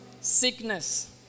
sickness